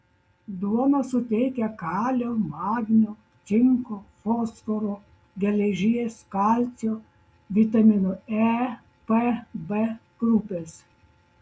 duona suteikia kalio magnio cinko fosforo geležies kalcio vitaminų e p b grupės